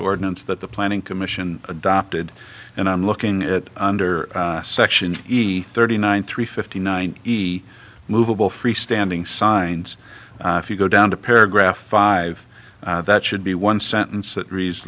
ordinance that the planning commission adopted and i'm looking at under section thirty nine three fifty nine easy movable free standing signs if you go down to paragraph five that should be one sentence that rea